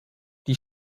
die